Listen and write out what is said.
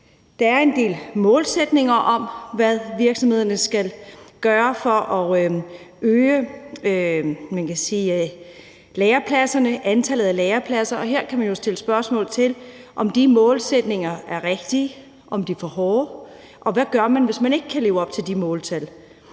Der er en del målsætninger om, hvad virksomhederne skal gøre for at øge antallet af lærepladser, og her kan man jo sætte spørgsmålstegn ved, om de målsætninger er rigtige, om de er for hårde, og hvad man gør, hvis ikke man kan leve op til de måltal.